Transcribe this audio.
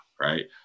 right